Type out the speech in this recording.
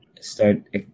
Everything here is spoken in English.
Start